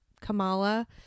Kamala